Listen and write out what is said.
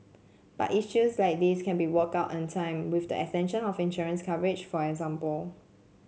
but issues like these can be worked out in time with the extension of insurance coverage for example